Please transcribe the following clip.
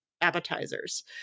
Appetizers